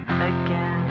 Again